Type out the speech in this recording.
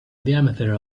diameter